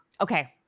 Okay